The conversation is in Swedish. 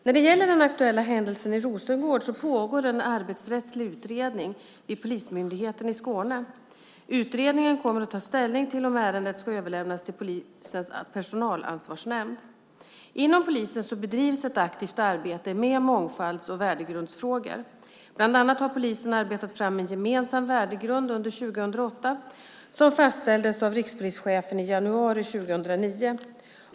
När det gäller den aktuella händelsen i Rosengård pågår en arbetsrättslig utredning vid Polismyndigheten i Skåne. Utredningen kommer att ta ställning till om ärendet ska överlämnas till polisens personalansvarsnämnd. Inom polisen bedrivs ett aktivt arbete med mångfalds och värdegrundsfrågor. Bland annat har polisen arbetat fram en gemensam värdegrund under 2008 som fastställdes av rikspolischefen i januari 2009.